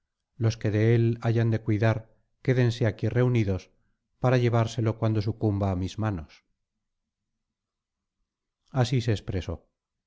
los que de él hayan de cuidar quédense aquí reunidos para llevárselo cuando sucumba á mis manos así se expresó